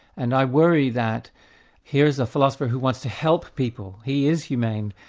and i worry that here's a philosophy who wants to help people, he is humane,